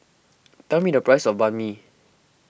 tell me the price of Banh Mi